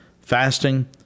fasting